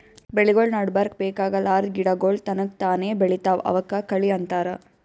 ಬೆಳಿಗೊಳ್ ನಡಬರ್ಕ್ ಬೇಕಾಗಲಾರ್ದ್ ಗಿಡಗೋಳ್ ತನಕ್ತಾನೇ ಬೆಳಿತಾವ್ ಅವಕ್ಕ ಕಳಿ ಅಂತಾರ